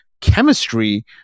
chemistry